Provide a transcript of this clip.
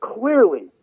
clearly